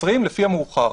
לפי המאוחר.